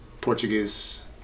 Portuguese